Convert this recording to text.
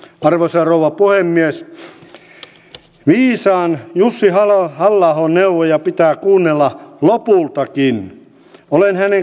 tähän liittyvät asiat muodostavat järjestelmien välisen integraation ja eri järjestelmien välillä on oltava toimivat rajapinnat